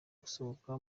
gusohoka